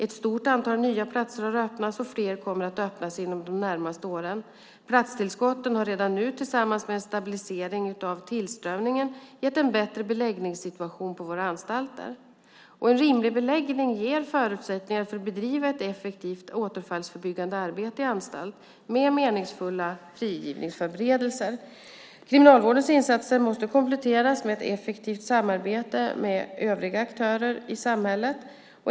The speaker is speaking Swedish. Ett stort antal nya platser har öppnats och ännu fler kommer att öppnas inom de närmaste åren. Platstillskotten har redan nu tillsammans med en stabilisering av tillströmningen gett en bättre beläggningssituation på våra anstalter. En rimlig beläggning ger förutsättningar för att bedriva ett effektivt återfallsförebyggande arbete i anstalt med meningsfulla frigivningsförberedelser. Kriminalvårdens insatser måste kompletteras med ett effektivt samarbete med övriga aktörer i samhället.